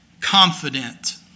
confident